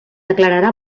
declararà